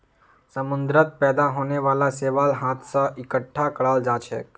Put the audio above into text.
समुंदरत पैदा होने वाला शैवाल हाथ स इकट्ठा कराल जाछेक